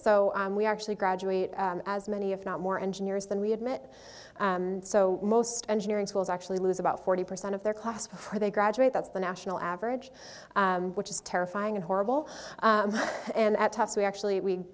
so we actually graduate as many if not more engineers than we admit so most engineering schools actually lose about forty percent of their class before they graduate that's the national average which is terrifying and horrible and at tuffs we actually we